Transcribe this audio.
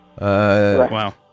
Wow